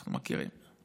אנחנו מכירים.